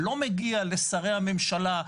לא מגיע לשרי הממשלה,